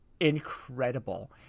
incredible